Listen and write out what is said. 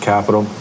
Capital